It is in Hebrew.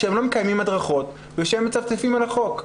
שהם לא מקיימים הדרכות ושהם מצפצפים על החוק.